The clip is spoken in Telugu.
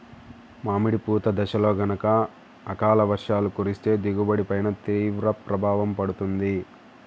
మామిడి పూత దశలో గనక అకాల వర్షాలు కురిస్తే దిగుబడి పైన తీవ్ర ప్రభావం పడుతుంది